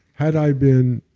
had i been